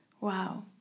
wow